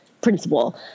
principle